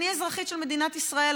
אני אזרחית של מדינת ישראל,